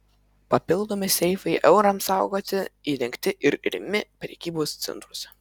papildomi seifai eurams saugoti įrengti ir rimi prekybos centruose